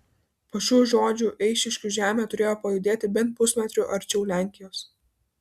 po šių žodžių eišiškių žemė turėjo pajudėti bent pusmetriu arčiau lenkijos